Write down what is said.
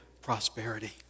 prosperity